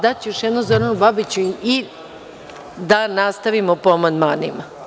Daću još jednom Zoranu Babiću reč i da nastavimo po amandmanima.